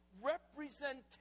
representation